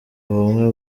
ubumwe